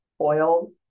oil